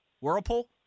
Whirlpool